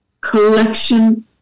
collection